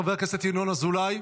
חבר הכנסת ינון אזולאי,